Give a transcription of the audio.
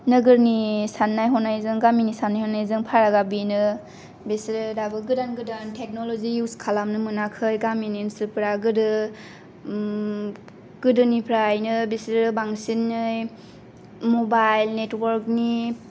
नोगोरनि साननाय हनायजों गामिनि साननाय हनायजों फारागा बेनो बिसोरो दाबो गोदान गोदान टेक्नल'जि युज खालामनो मोनाखै गामिनि मानसिफोरा गोदो गोदोनिफ्रायनो बिसोरो बांसिनै मबाइल नेटवर्कनि